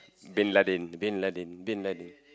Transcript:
Bin Laden Bin Laden Bin Laden